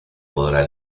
podrá